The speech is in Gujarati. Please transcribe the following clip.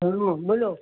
હલો બોલો